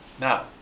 Now